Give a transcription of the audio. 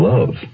Love